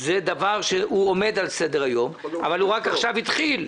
הדבר הזה עומד על סדר היום אבל הוא רק עכשיו התחיל.